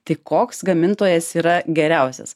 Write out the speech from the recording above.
tai koks gamintojas yra geriausias